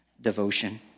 devotion